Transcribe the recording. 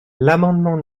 l’amendement